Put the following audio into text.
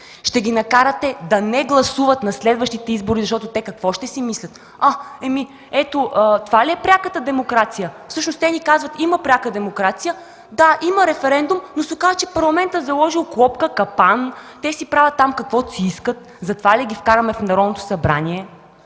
ще ги накарате да не гласуват на следващите избори. Защото те какво ще си мислят? Това ли е пряката демокрация? Всъщност те ни казват: „Има пряка демокрация. Да, има референдум, но се оказва, че Парламентът е заложил клопка, капан. Те си правят каквото си искат. Затова ли ги вкарваме в Народното събрание?”